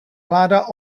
vláda